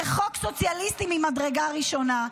זה חוק סוציאליסטי ממדרגה ראשונה,